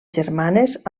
germanes